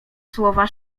słowa